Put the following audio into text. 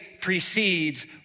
precedes